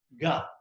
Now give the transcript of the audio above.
God